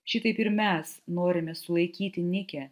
šitaip ir mes norime sulaikyti nikę